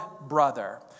brother